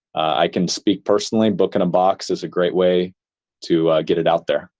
i can speak personally, book in a box is a great way to get it out there.